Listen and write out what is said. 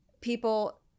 people